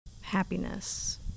happiness